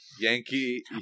Yankee